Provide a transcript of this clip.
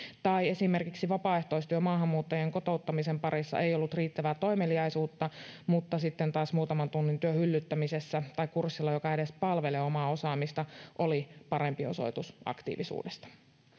tai esimerkiksi vapaaehtoistyö maahanmuuttajien kotouttamisen parissa ei ollut riittävää toimeliaisuutta mutta sitten taas muutaman tunnin työ hyllyttämisessä tai kurssilla joka ei edes palvele omaa osaamista oli parempi osoitus aktiivisuudesta